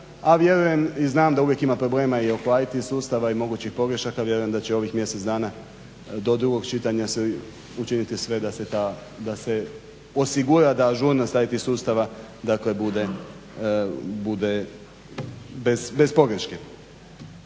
a vjerujem i znam da uvijek ima problema i oko IT sustava i mogućih pogrešaka. Vjerujem da će u ovih mjesec dana do drugog čitanja se učiniti sve da se osigura da ažurnost IT sustava dakle bude bez pogreške.